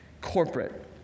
corporate